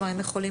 הם יכולים